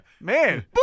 Man